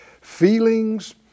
feelings